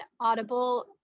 audible